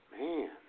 Man